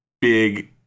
big